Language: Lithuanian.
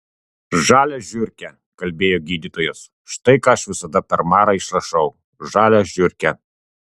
žalią žiurkę kalbėjo gydytojas štai ką aš visada per marą išrašau žalią žiurkę